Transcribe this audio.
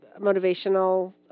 motivational